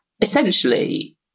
Essentially